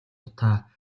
утаа